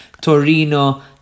Torino